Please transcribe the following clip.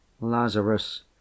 Lazarus